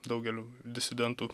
daugeliui disidentų